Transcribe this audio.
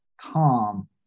calm